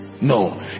No